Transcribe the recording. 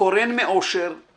קורן מאושר /